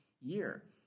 year